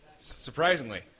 Surprisingly